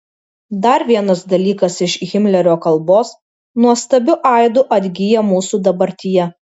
dar vienas dalykas iš himlerio kalbos nuostabiu aidu atgyja mūsų dabartyje